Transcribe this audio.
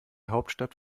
hauptstadt